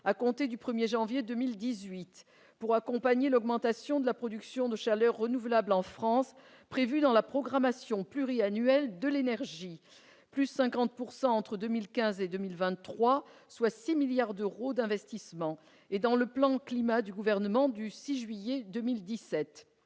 à compter du 1 janvier 2018, pour accompagner l'augmentation de la production de chaleur renouvelable en France prévue dans la programmation pluriannuelle de l'énergie- plus 50 % entre 2015 et 2023, soit 6 milliards d'euros d'investissements -et dans le plan Climat du Gouvernement du 6 juillet